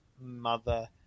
mother